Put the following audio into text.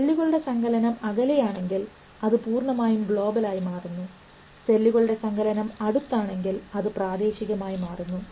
സെല്ലുകളുടെ സങ്കലനം അകലെയാണെങ്കിൽ അത് പൂർണമായും ഗ്ലോബൽ ആയി മാറുന്നു സെല്ലുകളുടെ സങ്കലനം അടുത്ത ആണെങ്കിൽ അത് പ്രാദേശികമായി മാറുന്നു